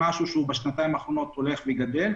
בשנתיים האחרונות זה הולך וגדל.